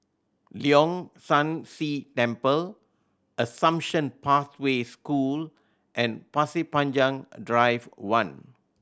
Leong San See Temple Assumption Pathway School and Pasir Panjang Drive One